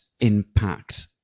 impact